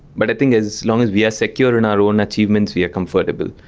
but i think as long as we are secure in our own achievements we are comfortable.